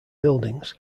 buildings